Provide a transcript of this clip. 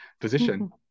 position